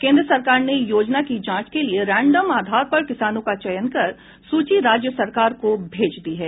केन्द्र सरकार ने योजना की जांच के लिए रैंडम आधार पर किसानों का चयन कर सूची राज्य सरकार को भेज दी है